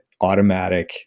automatic